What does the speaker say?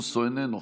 איננו,